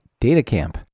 DataCamp